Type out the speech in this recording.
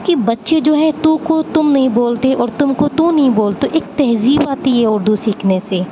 کیوں کہ بچے جو ہے تو کو تم نہیں بولتے اور تم کو تو نہیں بولتے ایک تہذیب آتی ہے اردو سیکھنے سے